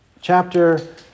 chapter